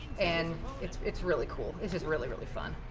and it's it's really cool. it's just really, really fun.